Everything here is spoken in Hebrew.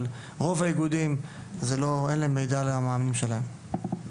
אבל לרוב האיגודים אין מידע על המאמנים שלהם.